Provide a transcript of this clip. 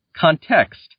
Context